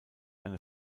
eine